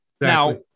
Now